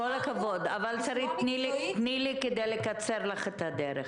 כל הכבוד, אבל, שרית, תני לי כדי לקצר לך את הדרך.